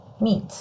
meat